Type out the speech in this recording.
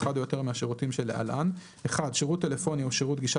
אחד או יותר מהשירותים שלהלן: שירות טלפוניה או שירות גישה